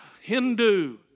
Hindu